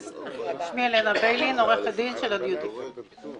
שמי הלנה ביילין, עורכת דין של הדיוטי פרי.